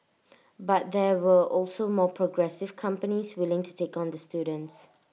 but there were also more progressive companies willing to take on the students